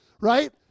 Right